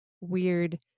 weird